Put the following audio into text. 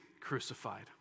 crucified